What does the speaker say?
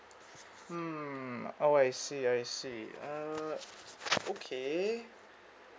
hmm oh I see I see uh okay